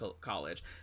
college